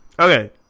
Okay